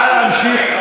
בבקשה להמשיך.